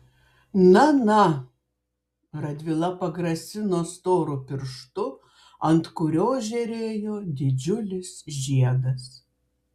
na na radvila pagrasino storu pirštu ant kurio žėrėjo didžiulis žiedas